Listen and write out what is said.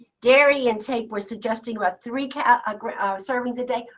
dairy intake, we're suggesting about three ah servings a day.